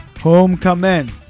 Homecoming